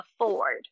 afford